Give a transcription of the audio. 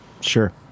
sure